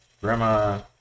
Grandma